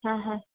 હા હા